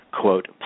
quote